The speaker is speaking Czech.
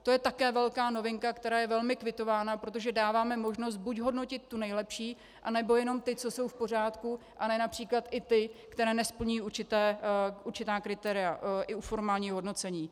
To je také velká novinka, která je velmi kvitována, protože dáváme možnost buď hodnotit tu nejlepší, anebo jenom ty, co, co jsou v pořádku, a ne například i ty, které nesplňují určitá kritéria i u formálního hodnocení.